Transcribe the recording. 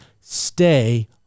stay